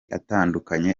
atandukanye